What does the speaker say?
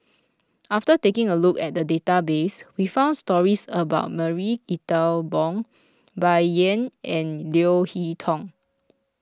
after taking a look at the database we found stories about Marie Ethel Bong Bai Yan and Leo Hee Tong